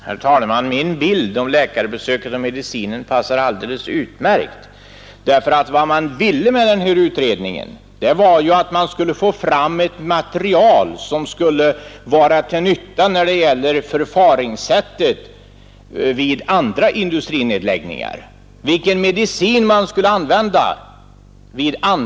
Herr talman! Min bild med läkarbesöket och medicinen passar alldeles utmärkt. Syftet med den här undersökningen var ju att få fram ett material som skulle vara till nytta när det gäller förfaringssättet vid andra industrinedläggningar — vilken medicin som då skulle användas.